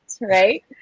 right